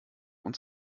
uns